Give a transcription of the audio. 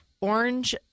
orange